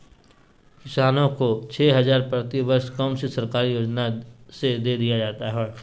किसानों को छे हज़ार प्रति वर्ष कौन सी सरकारी योजना से दिया जाता है?